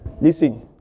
Listen